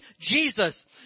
Jesus